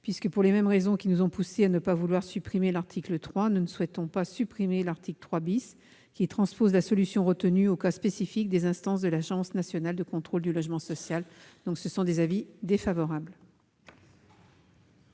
Aussi, pour les mêmes raisons qui l'ont poussée à ne pas vouloir supprimer l'article 3, elle ne souhaite pas supprimer l'article 3 , qui étend la solution retenue au cas spécifique des instances de l'Agence nationale de contrôle du logement social. La commission a donc émis un avis défavorable